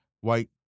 white